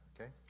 okay